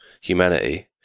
humanity